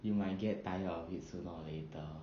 you might get tired of it sooner or later